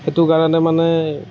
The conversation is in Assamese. সেইটো কাৰণে মানে